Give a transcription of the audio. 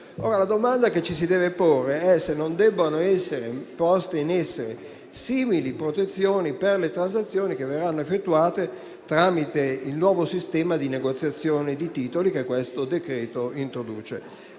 La domanda che ci si deve porre è se non debbano essere poste in essere simili protezioni per le transazioni che verranno effettuate tramite il nuovo sistema di negoziazione di titoli che il decreto introduce.